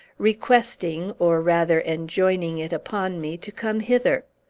requesting, or rather enjoining it upon me, to come hither.